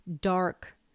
dark